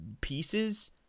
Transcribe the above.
pieces